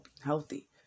healthy